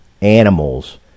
animals